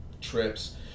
trips